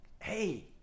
hey